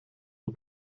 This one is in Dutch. het